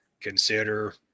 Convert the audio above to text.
consider